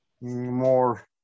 more